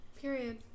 Period